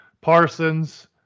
Parsons